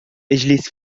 اجلس